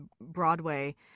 broadway